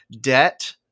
debt